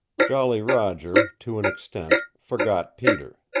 jolly roger, to an extent, forgot peter.